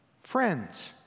Friends